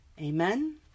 Amen